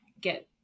get